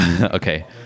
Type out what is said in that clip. Okay